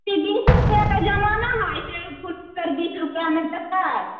बीस रुपैआके जमाना हइ जे फूल बीस रुपैआमे देतै